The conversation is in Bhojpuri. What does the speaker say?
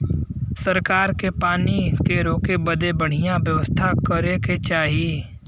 सरकार के पानी के रोके बदे बढ़िया व्यवस्था करे के चाही